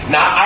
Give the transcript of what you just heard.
Now